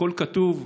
הכול כתוב,